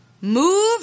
move